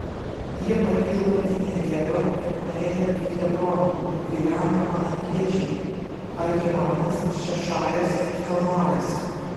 jie pakilo į negebą ir nuėjo į hebroną kur gyveno anakiečiai ahimanas šešajas ir talmajas